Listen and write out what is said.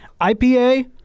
IPA